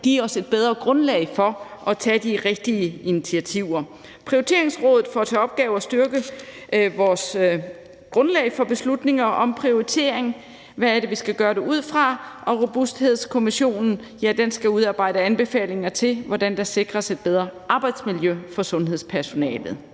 give os et bedre grundlag for at tage de rigtige initiativer. Prioriteringsrådet får til opgave at styrke vores grundlag for beslutninger om prioriteringer, i forhold til hvad det er, vi skal gøre det ud fra, og Robusthedskommissionen skal udarbejde anbefalinger til, hvordan der sikres et bedre arbejdsmiljø for sundhedspersonalet.